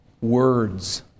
words